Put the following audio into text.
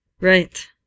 Right